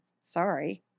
sorry